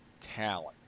talent